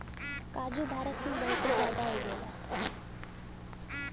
काजू भारत में बहुते जादा उगला